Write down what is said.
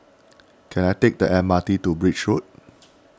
can I take the M R T to Birch Road